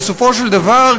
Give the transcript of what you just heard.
בסופו של דבר,